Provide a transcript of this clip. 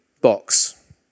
box